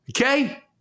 Okay